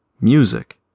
music